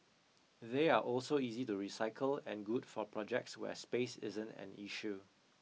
they are also easy to recycle and good for projects where space isn't an issue